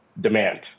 demand